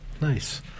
Nice